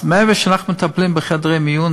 אז מעבר לזה שאנחנו מטפלים בחדרי המיון,